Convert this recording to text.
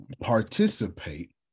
participate